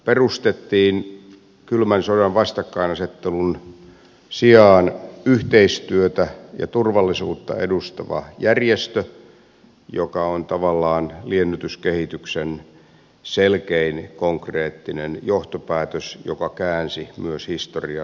perustettiin kylmän sodan vastakkainasettelun sijaan yhteistyötä ja turvallisuutta edustava järjestö joka on tavallaan liennytyskehityksen selkein konkreettinen johtopäätös joka myös käänsi historian lehteä